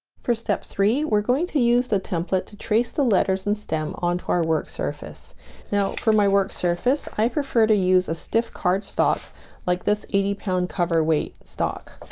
for step three we're going to use the template to trace the letters and stem onto our work surface now for my work surface i prefer to use a stiff cardstock like this eighty pound cover weight stock